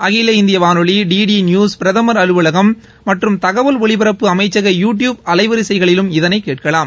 அகில இந்திய வானொலி டி டி நியூஸ் பிரதமா் அலுவலகம் மற்றும் தகவல் ஒலிபரப்பு அமைச்ச யூ டியூப் அலைவரிசைகளிலும் இதனை கேட்கலாம்